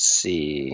see